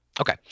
okay